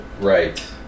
right